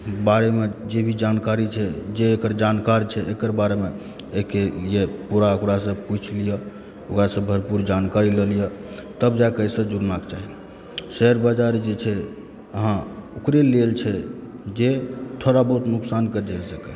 बारेमे जे भी जानकारी छै जे एकर जानकार छै एकर बारेमे एहिके लिए पूरा ओकरासंँ पूछि लिअऽ ओकरासंँ भरपूर जानकारी लए लिअऽ तब जाके एहिसँ जुड़ना चाही शेयर बजार जे छै ओकरे लेल छै जे थोड़ा बहुत नुकसानके झेल सकै